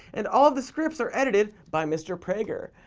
and all the scripts are edited by mr. prager.